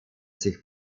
sich